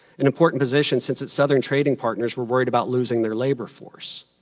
an important position since its southern trading partners were worried about losing their labor force.